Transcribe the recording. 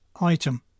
item